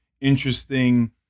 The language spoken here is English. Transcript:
interesting